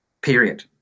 Period